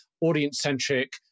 audience-centric